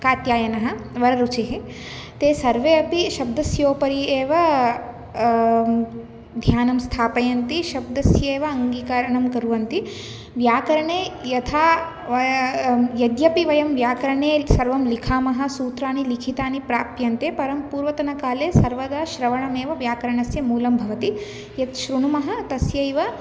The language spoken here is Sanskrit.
कात्यायनः वररुचिः ते सर्वे अपि शब्दस्योपरि एव ध्यानं स्थापयन्ति शब्दस्येव अङ्गीकरणं कुर्वन्ति व्याकरणे यथा व यद्यपि वयं व्याकरणे सर्वं लिखामः सूत्राणि लिखितानि प्राप्यन्ते परं पूर्वतनकाले सर्वदा श्रवणमेव व्याकरणस्य मूलं भवति यत् शृणुमः तस्यैव